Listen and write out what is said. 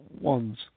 ones